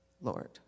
Lord